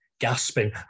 gasping